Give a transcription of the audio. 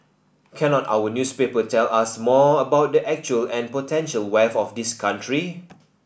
cannot our newspaper tell us more of the actual and potential wealth of this country